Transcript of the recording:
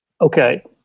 Okay